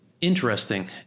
interesting